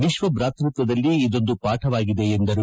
ವಿಶ್ವ ಬಾತೃತ್ವದಲ್ಲಿ ಇದೊಂದು ಪಾಠವಾಗಿದೆ ಎಂದರು